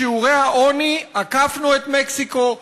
בשיעורי העוני עקפנו את מקסיקו,